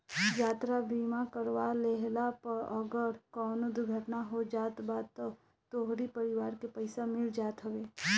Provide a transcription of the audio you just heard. यात्रा बीमा करवा लेहला पअ अगर कवनो दुर्घटना हो जात बा तअ तोहरी परिवार के पईसा मिल जात हवे